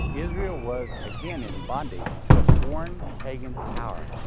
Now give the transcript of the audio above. israel was again in bondage to a foreign, pagan power.